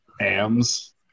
ams